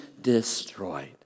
destroyed